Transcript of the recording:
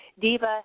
diva